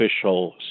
official